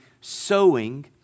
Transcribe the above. sowing